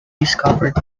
discovered